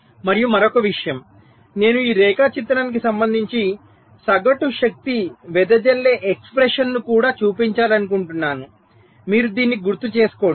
మరియు మరొక విషయం నేను ఈ రేఖాచిత్రానికి సంబంధించి సగటు శక్తి వెదజల్లే ఎక్స్ప్రెషన్ ను కూడా చూపించాలనుకుంటున్నాను మీరు దీనిని గుర్తుచేసుకోండి